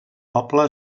poble